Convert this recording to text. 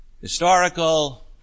historical